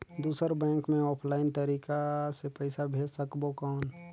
दुसर बैंक मे ऑफलाइन तरीका से पइसा भेज सकबो कौन?